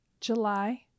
July